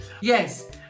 Yes